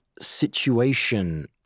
situation